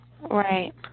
Right